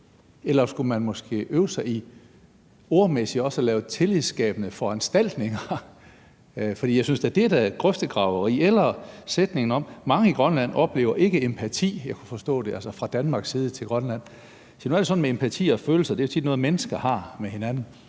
Eller skulle man måske øve sig i ordmæssigt også at lave tillidsskabende foranstaltninger? For jeg synes da, det er grøftegraveri. Eller hvad med sætningen om, at mange i Grønland oplever ikke empati – jeg kunne forstå, at det altså er fra Danmarks side over for Grønland? Se, nu er det sådan med empati og følelser, at det tit er noget, mennesker har med hinanden.